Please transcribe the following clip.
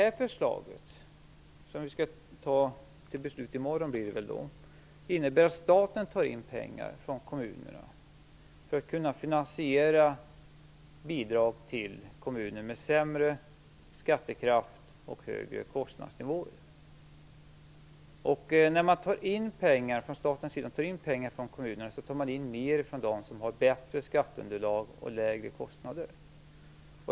Det förslag som vi skall fatta beslut om i morgon innebär att staten tar in pengar från kommunerna för att kunna finansiera bidrag till kommuner med sämre skattekraft och högre kostnadsnivåer. När staten tar in pengar från kommunerna tar man in mer från dem som har bättre skatteunderlag och lägre kostnader.